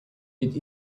with